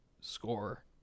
score